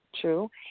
true